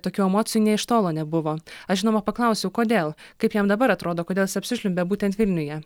ir tokių emocijų nė iš tolo nebuvo aš žinoma paklausiau kodėl kaip jam dabar atrodo kodėl jis apsižliumbė būtent vilniuje